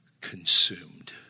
consumed